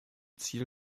ziel